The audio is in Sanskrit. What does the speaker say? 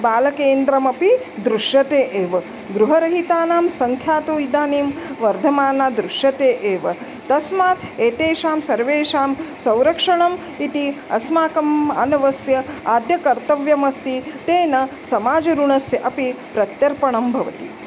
बालकेन्द्रमपि दृश्यते एव गृहरहितानां सङ्ख्या तु इदानीं वर्धमाना दृश्यते एव तस्मात् एतेषां सर्वेषां संरक्षणम् इति अस्माकं मानवस्य आद्यकर्तव्यम् अस्ति तेन समाजऋणस्य अपि प्रत्यर्पणं भवति